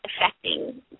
affecting